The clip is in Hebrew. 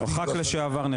והוא חבר כנסת לשעבר,